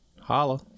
Holla